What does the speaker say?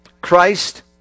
Christ